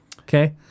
okay